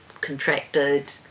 contracted